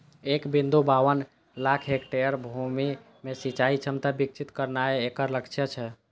एक बिंदु बाबन लाख हेक्टेयर भूमि मे सिंचाइ क्षमता विकसित करनाय एकर लक्ष्य छै